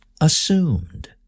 assumed